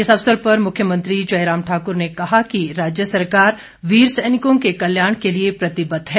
इस अवसर पर मुख्यमंत्री जयराम ठाकुर ने कहा कि राज्य सरकार वीर सैनिकों के कल्याण के लिए प्रतिबद्ध है